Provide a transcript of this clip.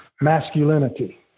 Masculinity